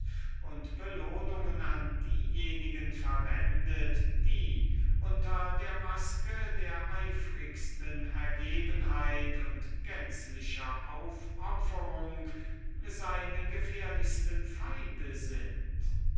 und belohnungen an diejenigen verschwendet die unter der maske der eifrigsten ergebenheit und einer gänzlichen aufopferung seine gefährlichsten feinde sind